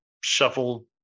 shuffle